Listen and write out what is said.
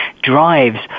drives